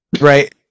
Right